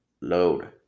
load